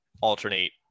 alternate